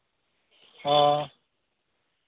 हां